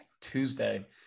tuesday